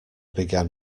began